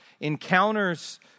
encounters